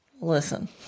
listen